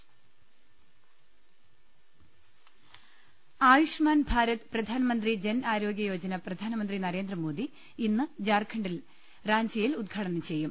് ആയുഷ്മാൻ ഭാരത് പ്രധാൻമന്ത്രി ജൻ ആരോഗ്യ യോജന പ്രധാനമന്ത്രി നരേ ന്ദ്രമോദി ഇന്ന് ജാർഖണ്ഡിലെ റാഞ്ചിയിൽ ഉദ്ഘാടനം ചെയ്യും